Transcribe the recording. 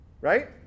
Right